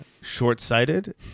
short-sighted